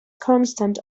constant